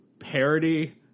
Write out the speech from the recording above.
Parody